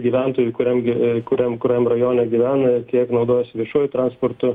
gyventojų kuriam gi kuriam kuriam rajone gyvena ir kiek naudojasi viešuoju transportu